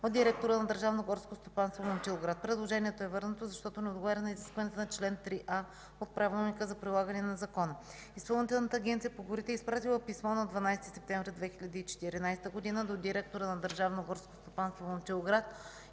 Предложението е върнато, защото не отговаря на изискванията на чл. 3а от правилника за прилагане на закона. Изпълнителната агенция по горите е изпратила писмо на 2 септември 2014 г. до директора на Държавно горско стопанство – Момчилград,